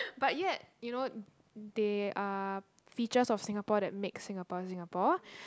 but yet you know they are features of Singapore that make Singapore Singapore